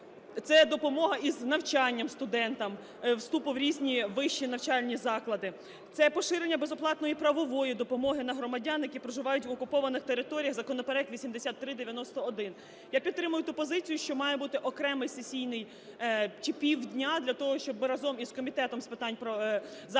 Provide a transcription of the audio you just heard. Це допомога із навчанням студентам, вступу в різні вищі навчальні заклади, це поширення безоплатної правової допомоги на громадян, які проживають на окупованих територіях – законопроект 8391. Я підтримую ту позицію, що має бути окремий сесійний… чи півдня для того, щоб разом з Комітетом з питань захисту